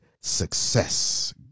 success